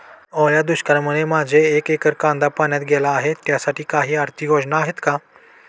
ओल्या दुष्काळामुळे माझे एक एकर कांदा पाण्यात आहे त्यासाठी काही आर्थिक योजना आहेत का?